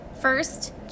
first